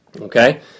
Okay